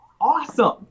awesome